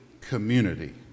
community